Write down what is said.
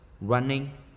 running